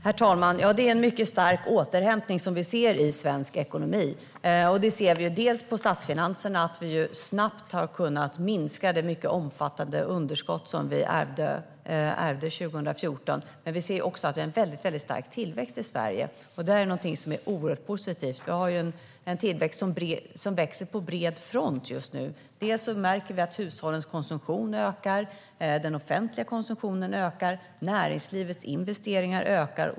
Herr talman! Det är en mycket stark återhämtning vi ser i svensk ekonomi. Vi ser på statsfinanserna att vi snabbt har kunnat minska det mycket omfattande underskott som vi ärvde 2014. Vi ser också att vi har en väldigt stark tillväxt i Sverige. Det är något oerhört positivt. Vi har en tillväxt som växer på bred front just nu. Vi märker att hushållens konsumtion ökar, att den offentliga konsumtionen ökar och att näringslivets investeringar ökar.